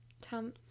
Tom